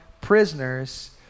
prisoners